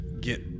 get